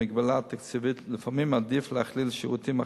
במגבלה תקציבית לפעמים עדיף להכליל שירותים אחרים,